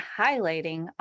highlighting